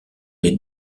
les